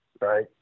right